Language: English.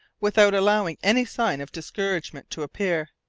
without allowing any sign of discouragement to appear,